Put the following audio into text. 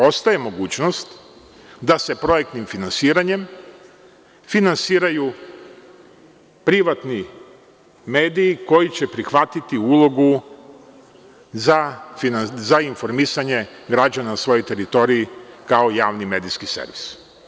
Ostaje mogućnost da se projektnim finansiranjem finansiraju privatni mediji koji će prihvatiti ulogu za informisanje građana na svojoj teritoriji kao javni medijski servis.